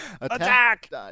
Attack